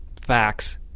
facts